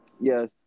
Yes